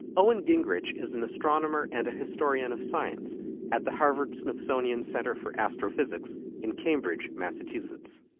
owen gingerich is an astronomer and a historian of science at the harvard smithsonian centre for astrophysics in cambridge, massachusetts.